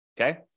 Okay